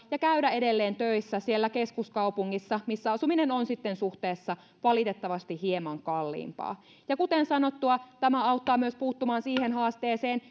ja käydä edelleen töissä siellä keskuskaupungissa missä asuminen on sitten suhteessa valitettavasti hieman kalliimpaa kuten sanottua tämä auttaa myös puuttumaan siihen haasteeseen